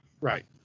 Right